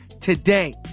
today